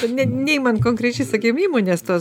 ne neįmant konkrečiai sakym įmonės tos